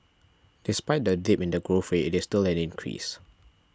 despite the dip in the growth rate it is still an increase